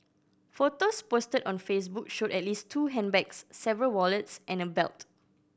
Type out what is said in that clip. photos posted on Facebook showed at least two handbags several wallets and a belt